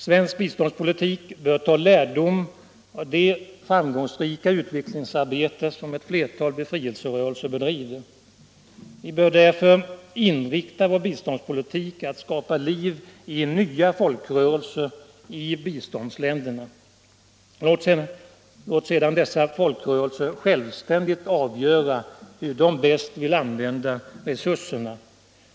Svensk biståndspolitik bör ta lärdom av det mycket framgångsrika utvecklingsarbete som ett flertal befrielserörelser bedriver. Vi bör därför inrikta vår biståndspolitik på att skapa liv i nya folkrörelser i biståndsländerna. Låt sedan dessa folkrörelser självständigt avgöra hur de bäst vill använda resurserna!